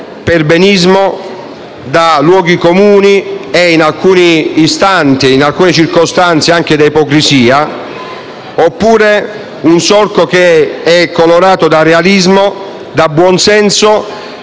perbenismo, da luoghi comuni e, in alcuni istanti e in alcune circostanze, anche da ipocrisie oppure lungo un solco colorato da realismo, da buon senso,